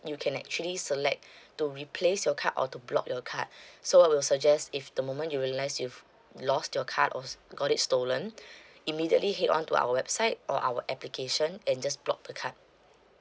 you can actually select to replace your card or to block your card so I will suggest if the moment you realize you've lost your card or s~ got it stolen immediately head on to our website or our application and just block the card